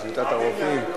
על שביתת הרופאים.